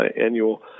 Annual